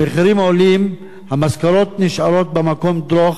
המחירים עולים, המשכורות נשארות "במקום דרוך",